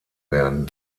werden